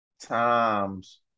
Times